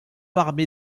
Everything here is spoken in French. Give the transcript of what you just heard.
armé